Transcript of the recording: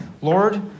Lord